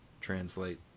translate